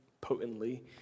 potently